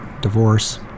divorce